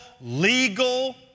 legal